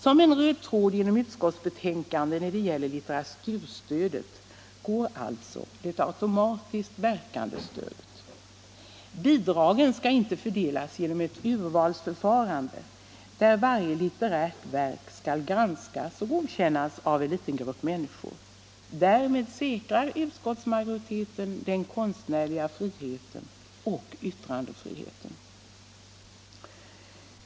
Som en röd tråd genom utskottsbetänkandet, när det gäller litteraturstödet, går alltså det automatiskt verkande stödet. Bidragen skall inte fördelas genom ett urvalsförfarande, där varje litterärt verk skall granskas och godkännas av en liten grupp människor. Härmed säkrar utskottsmajoriteten den konstnärliga friheten och yttrandefriheten.